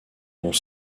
dont